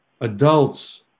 adults